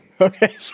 Okay